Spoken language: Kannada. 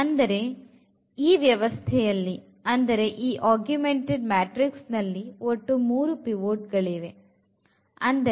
ಅಂದರೆ ಈ ವ್ಯವಸ್ಥೆಯಲ್ಲಿ ಅಂದರೆ ಈ augmented ಮ್ಯಾಟ್ರಿಕ್ಸ್ ನಲ್ಲಿ ಒಟ್ಟು 3 ಪಿವೊಟ್ ಗಳಿವೆ